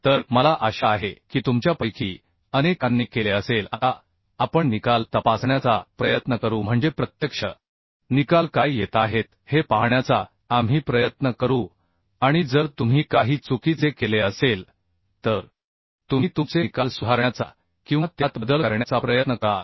तर मला आशा आहे की तुमच्यापैकी अनेकांनी केले असेल आता आपण निकाल तपासण्याचा प्रयत्न करू म्हणजे प्रत्यक्ष निकाल काय येत आहेत हे पाहण्याचा आम्ही प्रयत्न करू आणि जर तुम्ही काही चुकीचे केले असेल तर तुम्ही तुमचे निकाल सुधारण्याचा किंवा त्यात बदल करण्याचा प्रयत्न कराल